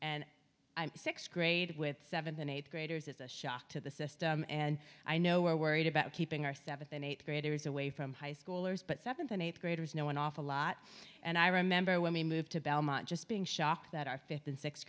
and six grade with seventh and eighth graders it's a shock to the system and i know we're worried about keeping our seventh and eighth graders away from high schoolers but seventh and eighth graders know an awful lot and i remember when we moved to belmont just being shocked that our fifth and sixth